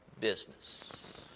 business